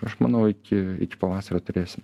aš manau iki pavasario turėsim